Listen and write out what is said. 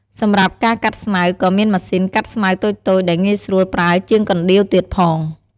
សម្រាប់ការកាត់ស្មៅ ក៏មានម៉ាស៊ីនកាត់ស្មៅតូចៗដែលងាយស្រួលប្រើជាងកណ្ដៀវទៀតផង។